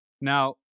Now